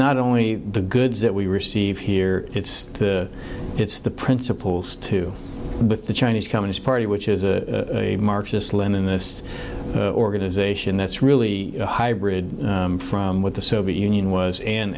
not only the goods that we receive here it's the it's the principles too with the chinese communist party which is a marxist leninist organization that's really a hybrid from what the soviet union was